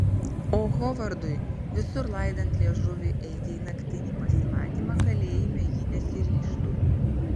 o hovardui visur laidant liežuvį eiti į naktinį pasimatymą kalėjime ji nesiryžtų